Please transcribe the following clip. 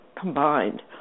combined